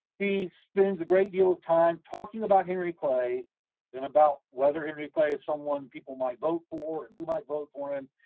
he spends a great deal of time talking about henry clay and about whether henry clay is someone people might vote for and who might vote for him,